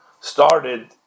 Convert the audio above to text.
Started